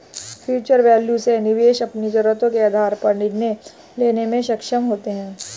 future value से निवेशक अपनी जरूरतों के आधार पर निर्णय लेने में सक्षम होते हैं